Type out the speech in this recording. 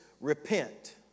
repent